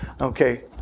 Okay